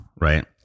right